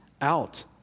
out